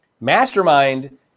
Mastermind